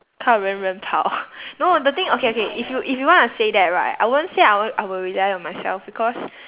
靠人人跑 no the thing okay okay if you if you wanna say that right I won't say I won't I will rely on myself because